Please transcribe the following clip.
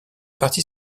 parti